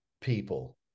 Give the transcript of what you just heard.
people